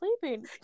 sleeping